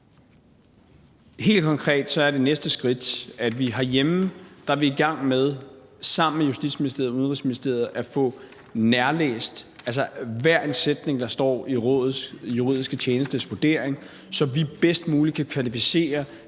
Helt konkret er det næste skridt, at vi sammen med Justitsministeriet og Udenrigsministeriet herhjemme er i gang med at få nærlæst, hver en sætning der står i Rådets juridiske tjenestes vurdering, så vi bedst muligt kan kvalificere